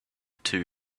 two